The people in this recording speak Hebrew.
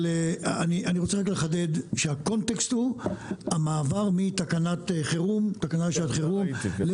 אבל אני רוצה רגע לחדד שהקונטקסט הוא המעבר מתקנת חירום לחקיקה.